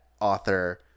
author